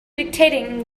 dictating